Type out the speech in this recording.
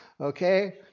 Okay